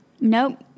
Nope